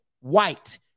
white